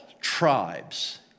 tribes